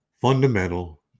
fundamental